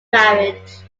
marriage